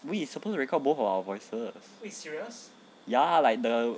喂 suppose to record both of our voices ya like the